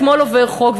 אתמול עובר חוק,